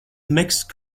mixed